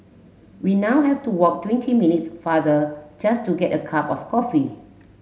we now have to walk twenty minutes farther just to get a cup of coffee